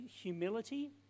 humility